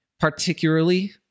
particularly